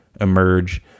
emerge